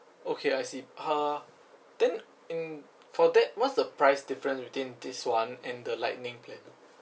okay I see !huh! then in for that what's the price difference between this one and the lightning plan